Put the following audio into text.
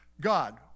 God